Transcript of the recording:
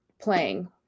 playing